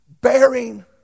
bearing